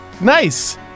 Nice